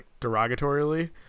derogatorily